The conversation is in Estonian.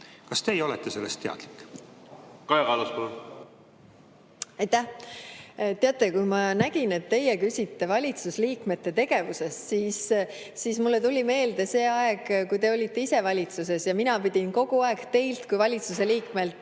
Kas teie olete sellest teadlik? Kaja Kallas, palun! Kaja Kallas, palun! Aitäh! Teate, kui ma nägin, et teie küsite valitsuse liikmete tegevuse kohta, siis mulle tuli meelde see aeg, kui te olite ise valitsuses ja mina pidin kogu aeg teilt kui valitsuse liikmelt